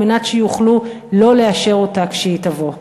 על מנת שיוכלו לא לאשר אותה כשהיא תבוא.